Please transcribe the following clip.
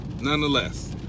Nonetheless